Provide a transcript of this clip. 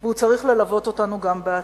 והוא צריך ללוות אותנו גם בעתיד.